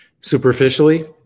superficially